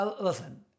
Listen